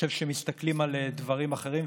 אני חושב שמסתכלים על דברים אחרים.